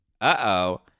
uh-oh